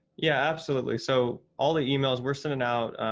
yeah, absolutely. so all the emails we're sending out,